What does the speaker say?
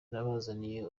nabazaniye